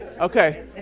Okay